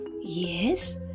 Yes